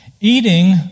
Eating